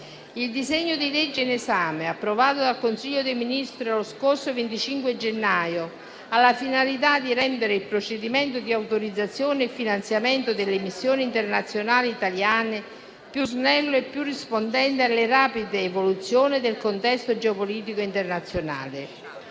Il disegno di legge in esame, approvato dal Consiglio dei ministri lo scorso 25 gennaio, ha la finalità di rendere il procedimento di autorizzazione e finanziamento delle missioni internazionali italiane più snello e rispondente alle rapide evoluzioni del contesto geopolitico internazionale.